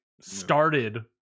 started